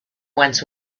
went